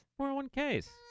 401Ks